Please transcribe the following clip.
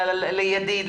לידיד,